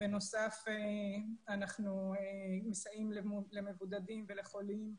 בנוסף אנחנו מסייעים למבודדים ולחולים,